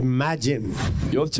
Imagine